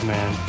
Man